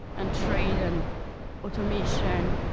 and trade, and automation,